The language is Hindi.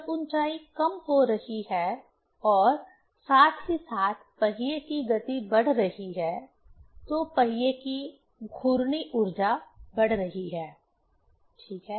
जब ऊंचाई कम हो रही है और साथ ही साथ पहिए की गति बढ़ रही है तो पहिए की घूर्णी ऊर्जा बढ़ रही है ठीक है